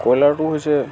কয়লাৰটো হৈছে